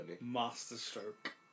Masterstroke